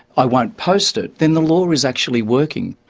i won't post it', then the law is actually working,